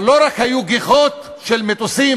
אבל לא רק שהיו גיחות של מטוסים